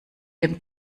dem